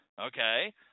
okay